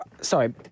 Sorry